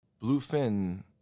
Bluefin